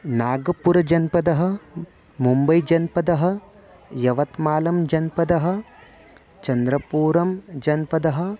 नागपुरजनपदः मुम्बैजनपदः यवत्मालं जनपदः चन्द्रपुरजनपदः